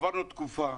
עברנו תקופה,